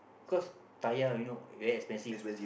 cause tire you know very expensive